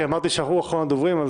כי אמרתי שרם הוא אחרון הדוברים.